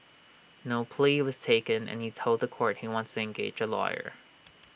no plea was taken and he told The Court he wants engage A lawyer